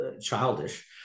childish